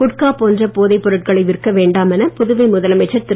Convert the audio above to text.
குட்கா போன்ற போதைப்பொருட்களை விற்க வேண்டாம் என புதுவை முதலமைச்சர் திரு